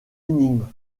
énigmes